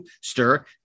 Stir